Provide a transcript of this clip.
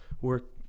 work